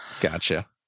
Gotcha